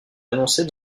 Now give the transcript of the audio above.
annoncée